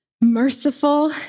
Merciful